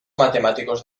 matemáticos